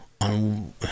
on